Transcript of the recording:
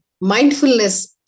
Mindfulness